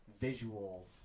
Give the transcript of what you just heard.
visual